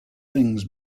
things